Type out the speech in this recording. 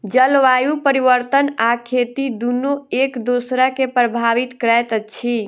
जलवायु परिवर्तन आ खेती दुनू एक दोसरा के प्रभावित करैत अछि